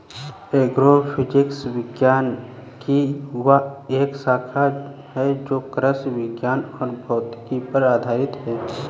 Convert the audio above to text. agrophysics विज्ञान की एक शाखा है जो कृषि विज्ञान और भौतिकी पर आधारित है